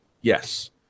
Yes